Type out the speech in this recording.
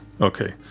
Okay